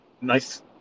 nice